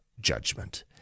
judgment